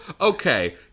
okay